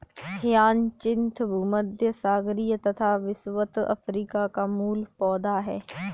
hyacinth भूमध्यसागरीय तथा विषुवत अफ्रीका का मूल पौधा है